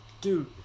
dude